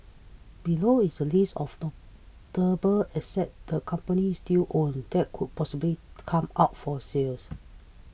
below is a list of not table assets the companies still own that could possibly come up for sales